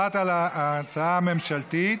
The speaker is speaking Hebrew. אחת על ההצעה הממשלתית